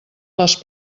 les